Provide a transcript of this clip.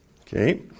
Okay